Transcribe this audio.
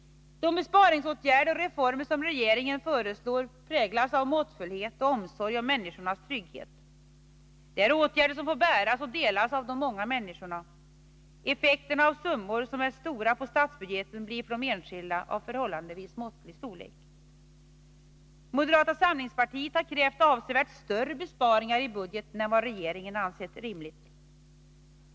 De besparingsåtgärder och reformer som regeringen föreslår präglas av måttfullhet och omsorg om människornas trygghet. Det är åtgärder som får bäras och delas av de många människorna. Effekterna av summor som är stora på statsbudgeten blir för enskilda av förhållandevis måttlig storlek. Moderata samlingspartiet har krävt avsevärt större besparingar i budgeten än vad regeringen ansett rimligt.